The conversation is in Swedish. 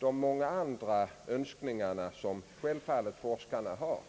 många andra önskningar som självfallet forskarna har.